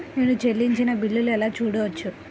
నేను చెల్లించిన బిల్లు ఎలా చూడవచ్చు?